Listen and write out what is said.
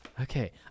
Okay